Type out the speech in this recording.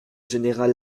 général